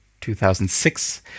2006